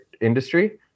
industry